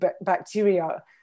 bacteria